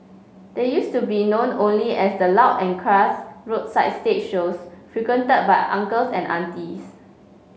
they used to be known only as the loud and crass roadside stage shows frequented by uncles and aunties